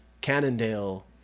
cannondale